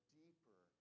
deeper